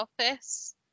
office